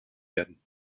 werden